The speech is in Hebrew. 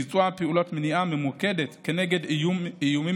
ביצוע פעילות מניעה ממוקדת נגד איומים